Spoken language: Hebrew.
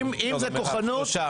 אם זה כוחנות --- שלושה.